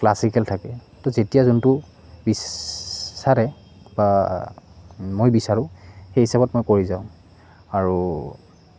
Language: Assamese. ক্লাছিকেল থাকে তো যেতিয়া যোনটো বিচাৰে বা মই বিচাৰোঁ সেই হিচাপত মই কৰি যাওঁ আৰু